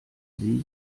sie